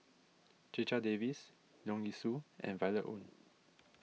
Checha Davies Leong Yee Soo and Violet Oon